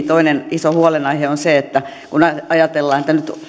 toinen iso huolenaihe on se että kun ajatellaan että nyt